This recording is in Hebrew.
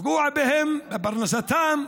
לפגוע בהם, בפרנסתם,